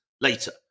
later